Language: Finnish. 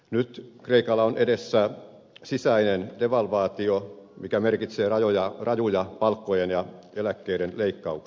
nyt kreikalla on edessä sisäinen devalvaatio mikä merkitsee rajuja palkkojen ja eläkkeiden leikkauksia